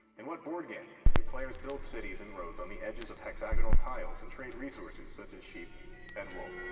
in what board game do players build cities and roads on the edges of hexagonal tiles and trade resources such as sheep and wool?